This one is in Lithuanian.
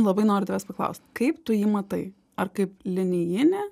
labai noriu tavęs paklaust kaip tu jį matai ar kaip linijinį